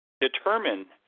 determine